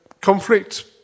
conflict